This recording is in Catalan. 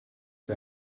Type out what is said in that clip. que